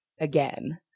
Again